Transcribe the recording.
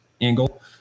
angle